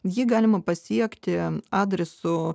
jį galima pasiekti adresu